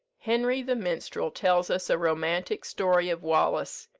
henry the minstrel tells us a romantic story of wallace,